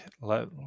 let